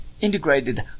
integrated